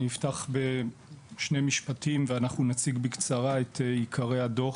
אני אפתח בשני משפטים ואנחנו נציג בקצרה את עיקרי הדוח.